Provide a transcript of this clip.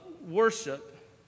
worship